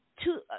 two